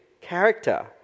character